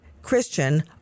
Christian